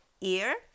ear